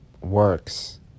works